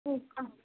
का